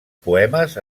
poemes